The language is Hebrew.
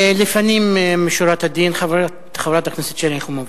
לפנים משורת הדין, חברת הכנסת שלי יחימוביץ.